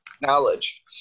knowledge